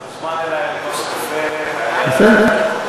אתה מוזמן אלי לכוס קפה, בסדר.